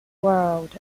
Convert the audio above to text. world